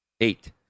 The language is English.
Eight